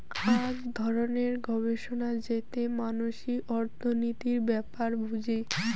আক ধরণের গবেষণা যেতে মানসি অর্থনীতির ব্যাপার বুঝি